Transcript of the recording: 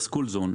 school zone,